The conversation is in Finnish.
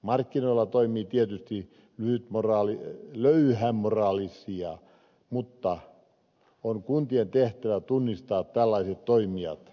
markkinoilla toimii tietysti löyhämoraalisia palveluntarjoajia mutta on kuntien tehtävä tunnistaa tällaiset toimijat